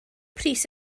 pris